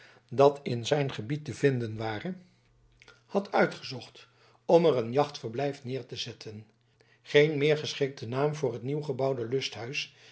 dat in zijn gebied te vinden ware had uitgezocht om er een jachtverblijf neer te zetten geen meer geschikten naam voor het nieuwgebouwde lusthuis